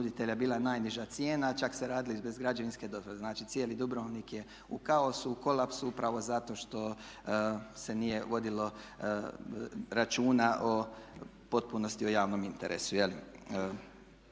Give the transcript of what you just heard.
ponuditelja bila najniža cijena, a čak se radilo i bez građevinske dozvole. Znači, cijeli Dubrovnik je u kaosu, kolapsu upravo zato što se nije vodilo računa o potpunosti o javnom interesu.